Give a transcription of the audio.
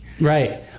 Right